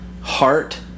heart